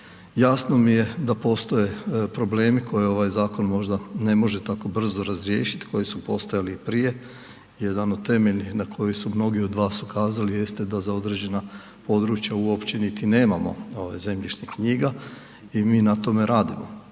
Jasno mi je da postoje problemi koje ovaj zakon možda ne može tako brzo razriješiti, koji su postojali i prije, jedan od temeljnih na koji su mnogi od vas ukazali jeste da za određena područja uopće niti nemamo zemljišnih knjiga i mi na tome radimo